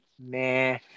meh